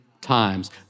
times